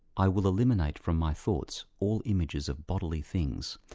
i will eliminate from my thoughts all images of bodily things,